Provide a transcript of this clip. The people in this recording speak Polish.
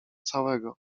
całego